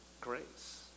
grace